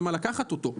למה לקחת אותו,